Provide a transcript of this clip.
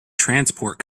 transport